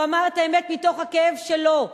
הוא אמר את האמת מתוך הכאב שלו.